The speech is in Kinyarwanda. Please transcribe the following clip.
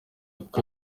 kuko